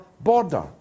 border